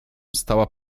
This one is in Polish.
stała